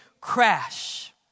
crash